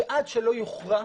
שעד שלא יוכרע,